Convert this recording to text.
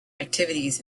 activities